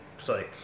sorry